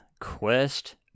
Quest